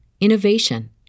innovation